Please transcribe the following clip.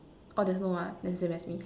oh there's no word ah then same as me